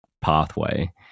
pathway